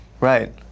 Right